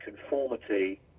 conformity